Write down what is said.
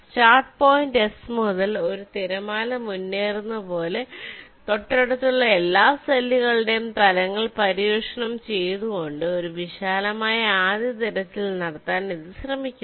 start point S മുതൽ ഒരു തിരമാല മുന്നേറുന്നത് പോലെ തൊട്ടടുത്തുള്ള എല്ലാ സെല്ലുകളുടെയും തലങ്ങൾ പര്യവേക്ഷണം ചെയ്തുകൊണ്ട് ഒരു വിശാലമായ ആദ്യ തിരച്ചിൽ നടത്താൻ ഇത് ശ്രമിക്കുന്നു